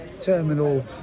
terminal